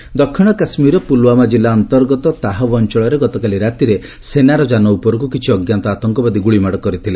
JK fire ଦକ୍ଷିଣ କାଶ୍ମୀରର ପୁଲୁୱାମା ଜିଲ୍ଲା ଅନ୍ତର୍ଗତ ତହାବ ଅଞ୍ଚଳରେ ଗତକାଲି ରାତିରେ ସେନାର ଯାନ ଉପରକୁ କିଛି ଅଜ୍ଞାତ ଆତଙ୍କବାଦୀ ଗୁଳିମାଡ କରିଥିଲେ